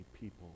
people